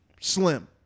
slim